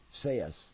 says